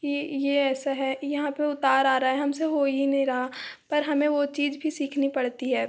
ये ऐसा है यहाँ पर उतार आ रहा है हमसे हो ही नहीं रहा पर हमें वो चीज़ भी सीखनी पड़ती है